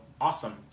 awesome